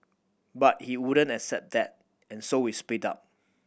but he wouldn't accept that and so we split up